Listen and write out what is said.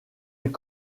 est